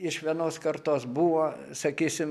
iš vienos kartos buvo sakysim